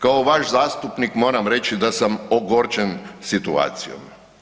Kao vaš zastupnik moram reći da sam ogorčen situacijom.